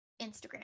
Instagram